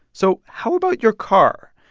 so how about your car?